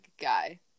guy